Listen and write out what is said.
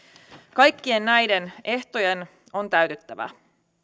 kaikkien näiden ehtojen on täytyttävä